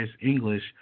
English